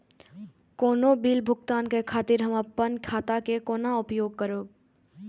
कोनो बील भुगतान के खातिर हम आपन खाता के कोना उपयोग करबै?